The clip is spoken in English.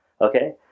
Okay